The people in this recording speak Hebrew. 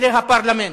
לכותלי הפרלמנט.